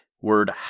word